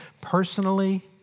personally